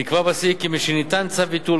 נקבע בסעיף: "משניתן צו ביטול,